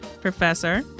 Professor